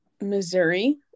missouri